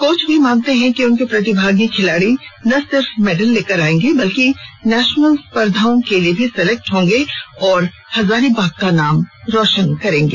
coach भी मानते हैं कि उनके प्रतिभागी खिलाड़ी ना सिर्फ मेडल लेकर आएंगे बल्कि नेशनल स्पर्धा के लिए भी सेलेक्ट होंगे और हजारीबाग का नाम रोशन करेंगे